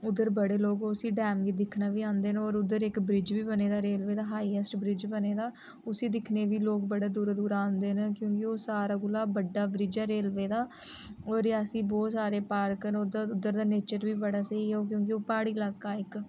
उद्धर बड़े लोक उसी डैम गी दिक्खने बी आंदे होर उद्धर इक ब्रिज बी बने दा रेलवे दा हाईएस्ट ब्रिज बने दा उसी दिक्खने बी लोक बड़े दूरा दूरा आंदे न क्योंके ओह् सारें कोला बड्डा ब्रिज ऐ रेलवे दा होर रियासी बोह्त सारे पार्क न उद्धर उद्धर दा नेचर बड़ा स्हेई ऐ क्योंकि ओह् प्हाड़ी लाका इक